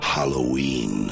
Halloween